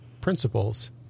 principles